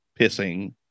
pissing